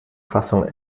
fassung